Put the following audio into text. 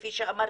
וכפי שאמרת,